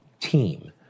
team